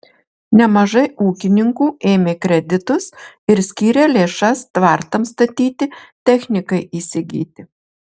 nemažai ūkininkų ėmė kreditus ir skyrė lėšas tvartams statyti technikai įsigyti